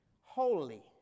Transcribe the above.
Holy